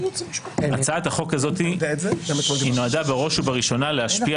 הצעת החוק הזאת נועדה בראש ובראשונה להשפיע